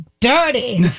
dirty